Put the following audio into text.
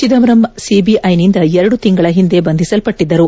ಚಿದಂಬರಂ ಸಿಬಿಐನಿಂದ ಎರಡು ತಿಂಗಳ ಹಿಂದೆ ಬಂಧಿಸಲ್ಪಟ್ಟಿದ್ದರು